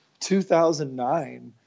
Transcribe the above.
2009